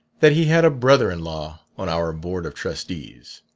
that he had a brother-in-law on our board of trustees.